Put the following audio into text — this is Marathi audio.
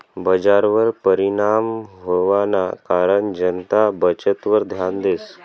बजारवर परिणाम व्हवाना कारण जनता बचतवर ध्यान देस